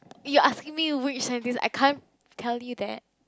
you asking me which scientist I can't tell you that